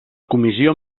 comissió